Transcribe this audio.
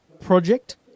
project